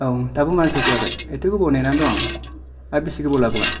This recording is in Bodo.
औ दाबो मानो सफैयाखै एथ' गोबाव नेनानै दं आं आरो बेसे गोबाव लाबावगोन